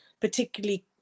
particularly